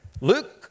Luke